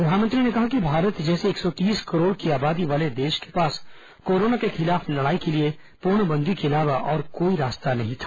प्रधानमंत्री ने कहा कि भारत जैसे एक सौ तीस करोड़ की आबादी वाले देश के पास कोरोना को खिलाफ लड़ाई के लिए पूर्णबंदी के अलावा और कोई रास्ता नहीं था